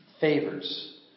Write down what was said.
Favors